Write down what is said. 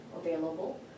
available